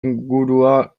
ingurua